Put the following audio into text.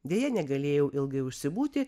deja negalėjau ilgai užsibūti